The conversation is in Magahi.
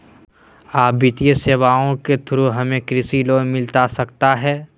आ वित्तीय सेवाएं के थ्रू हमें कृषि लोन मिलता सकता है?